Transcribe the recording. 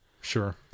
Sure